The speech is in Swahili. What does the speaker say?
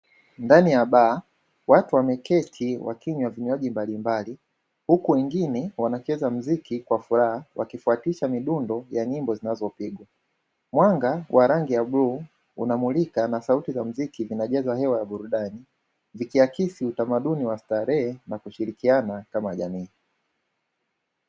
Ndani ya baa, watu wameketi wakinywa vinywaji mbalimbali, huku wengine wanacheza muziki kwa furaha wakifwatisha midundo ya nyimbo zinazopigwa. Mwanga wa rangi ya bluu unamulika na sauti za muziki zinajaza hewa ya burudani, vikiakisi utamaduni wa starehe na kushirikiana kama jamii.